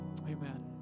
Amen